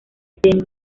tenía